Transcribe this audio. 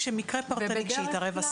דינה, מקרה פרטני כשהשר התערב.